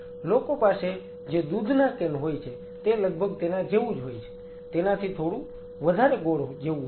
લોકો પાસે જે દૂધના કેન હોય છે તે લગભગ તેના જેવુજ હોય છે તેનાથી થોડું વધારે ગોળ જેવું હોય છે